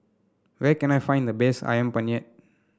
where can I find the best ayam penyet